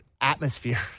atmosphere